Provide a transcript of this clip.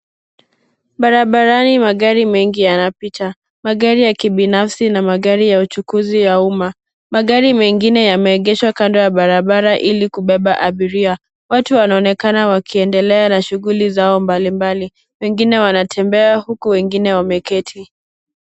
Barabarani magari mengi yanapita. Magari ya kibinafsi na magari ya uchukuzi ya umma . Magari mengine yameegeshwa kando ya barabara ili kubeba abiria. Watu wanaonekana wakiendelea na shughuli zao mbalimbali. Wengine wanatembea huku wengine wameketi.